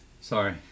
Sorry